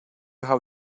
how